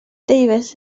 davies